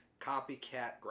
Copycat